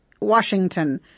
Washington